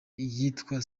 iyitwa